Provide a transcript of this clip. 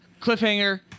Cliffhanger